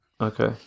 Okay